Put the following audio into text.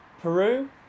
Peru